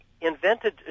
invented